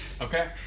Okay